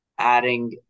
adding